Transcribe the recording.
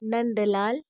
Nandlal